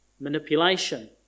manipulation